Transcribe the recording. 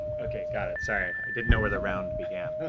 okay, got it, sorry. i didn't know where the round began.